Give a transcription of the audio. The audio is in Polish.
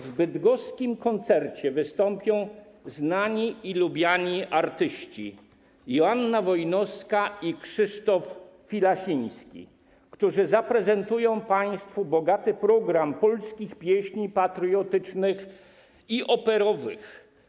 W bydgoskim koncercie wystąpią znani i lubiani artyści: Joanna Wojnowska i Krzysztof Filasiński, którzy zaprezentują państwu bogaty program zawierający polskie pieśni patriotyczne i operowe.